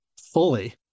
fully